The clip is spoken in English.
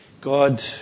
God